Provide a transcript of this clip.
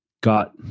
Got